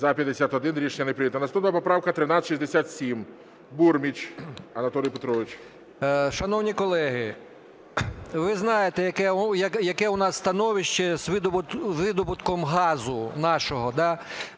За-51 Рішення не прийнято. Наступна поправка 1367, Бурміч Анатолій Петрович. 14:57:41 БУРМІЧ А.П. Шановні колеги, ви знаєте, яке у нас становище з видобутком газу нашого,